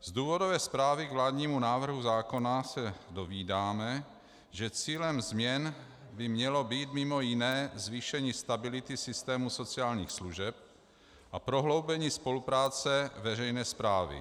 Z důvodové zprávy k vládnímu návrhu zákona se dovídáme, že cílem změn by mělo být mj. zvýšení stability systému sociálních služeb a prohloubení spolupráce veřejné správy.